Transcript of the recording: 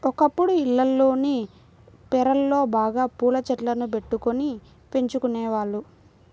ఒకప్పుడు ఇళ్లల్లోని పెరళ్ళలో బాగా పూల చెట్లను బెట్టుకొని పెంచుకునేవాళ్ళు